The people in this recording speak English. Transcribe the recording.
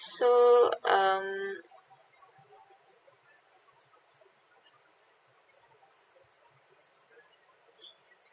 so um